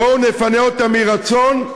בואו נפנה אותם מרצון,